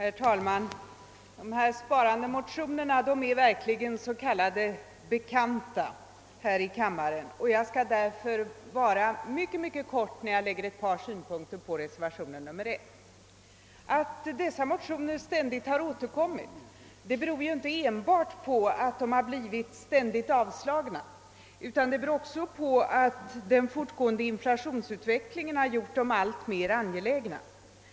Herr talman! Dessa motioner om sparande är verkligen s.k. gamla bekanta här i kammaren. Jag skall därför vara mycket kortfattad, när jag anlägger några synpunkter på reservationen I. Att dessa motioner ständigt har återkommit beror inte enbart på att de alltid har blivit avslagna, utan det beror också på att inflationsutvecklingen har gjort dem alltmer angelägna.